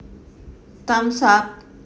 time's up